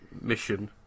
mission